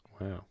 Wow